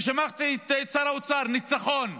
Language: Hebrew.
אני שמעתי את שר האוצר, "ניצחון"